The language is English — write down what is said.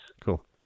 Cool